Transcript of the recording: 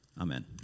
Amen